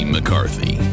McCarthy